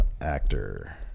Actor